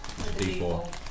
D4